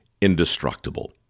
indestructible